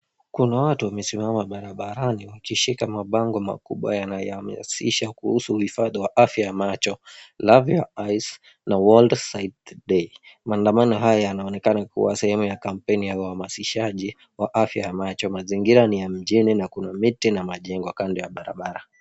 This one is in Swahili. Kuna watu wamesimama barabarani wakishika mabango makubwa yanayohamasisha kuhusu uhifadhi wa afya ya macho love your eyes na world sight day . Maandamano haya yanaonekana kuwa sehemu ya kampeni ya uhamasishaji wa afya ya macho. Mazingira ni ya mjini na kuna miti na majengo kando ya barabara.